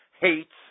hates